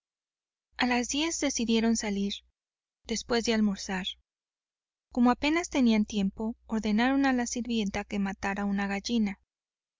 las diez decidieron salir después de almorzar como apenas tenían tiempo ordenaron a la sirvienta que matara una gallina